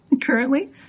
currently